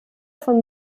von